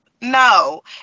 no